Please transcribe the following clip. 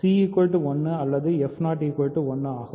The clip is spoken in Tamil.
c 1 அல்லது 1 ஆகும்